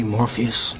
Morpheus